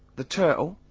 the turtle,